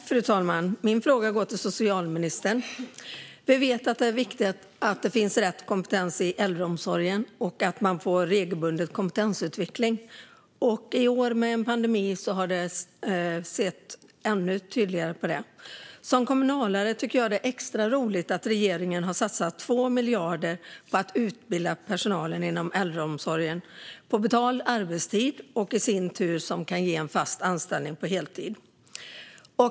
Fru talman! Min fråga går till socialministern. Vi vet att det är viktigt att rätt kompetens finns i äldreomsorgen och att man får regelbunden kompetensutveckling. I år med en pandemi har detta varit ännu tydligare. Som kommunalare tycker jag att det är extra roligt att regeringen har satsat 2 miljarder på att utbilda personalen inom äldreomsorgen på betald arbetstid. Detta kan sedan ge en fast anställning på heltid.